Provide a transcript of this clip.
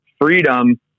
freedom